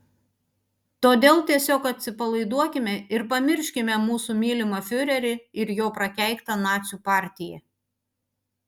todėl tiesiog atsipalaiduokime ir pamirškime mūsų mylimą fiurerį ir jo prakeiktą nacių partiją